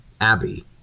Abby